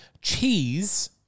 cheese